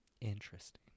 interesting